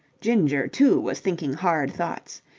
ginger, too, was thinking hard thoughts.